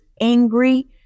angry